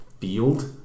field